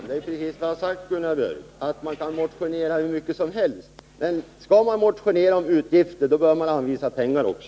Herr talman! Man kan motionera hur mycket som helst. Men skall man motionera om utgifter bör man anvisa pengar också.